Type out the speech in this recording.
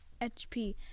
HP